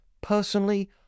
personally